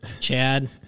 Chad